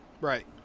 Right